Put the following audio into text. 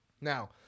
Now